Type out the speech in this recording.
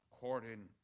according